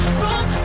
wrong